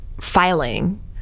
filing